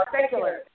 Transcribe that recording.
secular